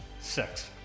six